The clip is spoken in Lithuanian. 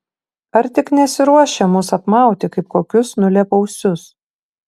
ar tik nesiruošia mus apmauti kaip kokius nulėpausius